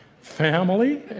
family